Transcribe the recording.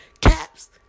Caps